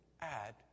add